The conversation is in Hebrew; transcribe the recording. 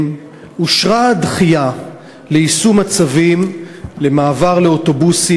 אושרה הדחייה של יישום הצווים למעבר לאוטובוסים